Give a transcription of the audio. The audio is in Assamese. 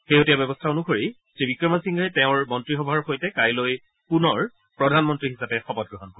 শেহতীয়া ব্যৱস্থা অনুসৰি শ্ৰীবিক্ৰমা সিংঘেই তেওঁৰ মন্ত্ৰীসভাৰ সৈতে কাইলৈ পুনৰ প্ৰধানমন্ত্ৰী হিচাপে শপত গ্ৰহণ কৰিব